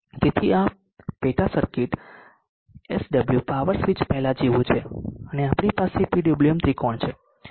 તેથી આ પેટા circuit power SW power switch પહેલાં જેવું છે અને આપણી પાસે PWM ત્રિકોણ છે